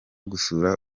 gusura